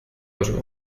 dos